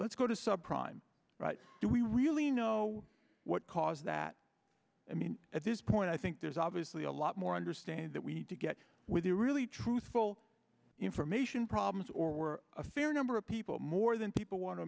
let's go to subprime do we really know what caused that i mean at this point i think there's obviously a lot more understand that we need to get with the really truthful information problems or we're a fair number of people more than people want to